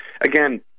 again